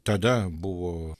tada buvo